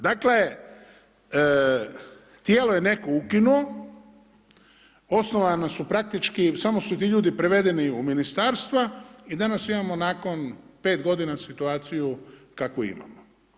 Dakle tijelo je neko ukinuo, osnovana su praktički, samo su ti ljudi prevedeni u ministarstva i danas imamo nakon 5 godina situaciju kakvu imamo.